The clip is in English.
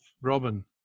Robin